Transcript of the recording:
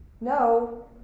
No